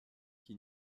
qui